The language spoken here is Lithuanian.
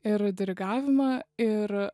ir dirigavimą ir